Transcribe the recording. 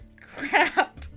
Crap